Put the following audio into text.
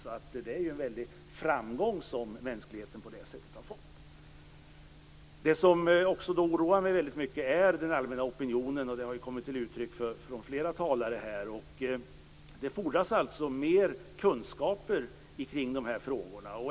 Så det är en väldig framgång som mänskligheten på det sättet har fått. Det som också oroar mig mycket är den allmänna opinionen, och det har även uttryckts av flera talare. Det fordras alltså mer kunskaper kring de här frågorna.